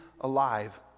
alive